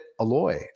Aloy